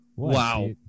wow